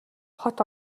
хот